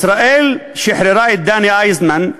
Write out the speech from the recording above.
ישראל שחררה את דני אייזנמן,